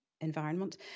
environment